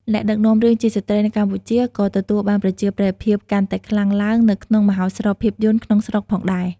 អ្នកដឹកនាំរឿងជាស្ត្រីនៅកម្ពុជាក៏ទទួលបានប្រជាប្រិយភាពកាន់តែខ្លាំងឡើងនៅក្នុងមហោស្រពភាពយន្តក្នុងស្រុកផងដែរ។